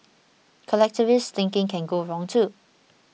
collectivist thinking can go wrong too